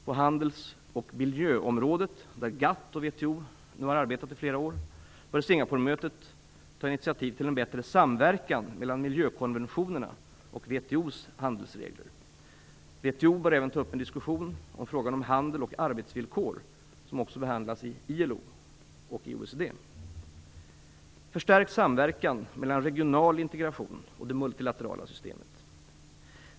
På handels och miljöområdena, där GATT och WTO nu har arbetat i flera år, bör Singaporemötet ta initiativ till en bättre samverkan mellan miljökonventionerna och WTO:s handelsregler. WTO bör även ta upp en diskussion om frågan om handel och arbetsvillkor som också behandlas i ILO och OECD. Förstärk samverkan mellan regional integration och det multilaterala systemet.